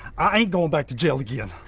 i ain't going back to jail again.